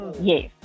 Yes